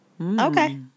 Okay